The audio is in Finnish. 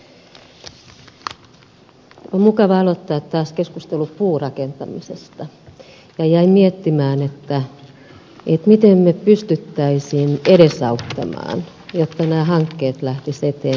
on mukava aloittaa taas keskustelu puurakentamisesta ja jäin miettimään miten me pystyisimme edesauttamaan jotta nämä hankkeet lähtisivät eteenpäin